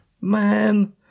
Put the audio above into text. Man